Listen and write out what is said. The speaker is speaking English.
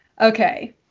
Okay